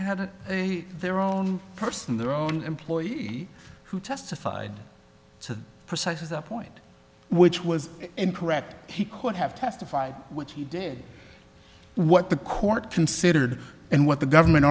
had their own person their own employee who testified to precisely that point which was incorrect he could have testified which he did what the court considered and what the government